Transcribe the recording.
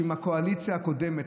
שאם הקואליציה הקודמת,